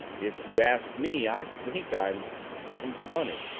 if you ask me i think i'm d-damned funny!